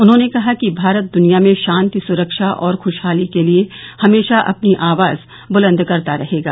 उन्होंने कहा कि भारत दुनिया में शांति सुरक्षा और खुराहाली के लिए हमेशा अपनी आवाज बुलंद करता रहेगा